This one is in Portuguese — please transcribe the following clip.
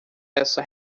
essa